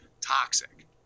toxic